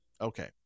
okay